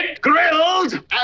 grilled